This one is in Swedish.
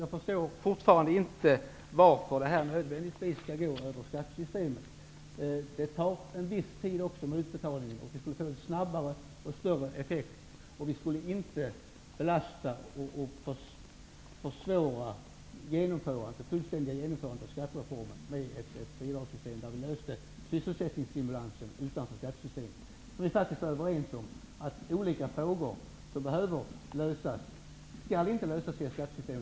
Jag förstår fortfarande inte varför detta nödvändigtvis skall gå över skattesystemet. Också utbetalningen tar en viss tid. Vi skulle få en snabbare och bättre effekt och skulle inte belasta och försvåra det fullständiga genomförandet av skattereformen, om vi hade ett bidragssystem som gav sysselsättningsstimulanser utanför skattesystemet. Vi är faktiskt överens om att olika frågor som behöver lösas inte skall åtgärdas inom ramen för skattesystemet.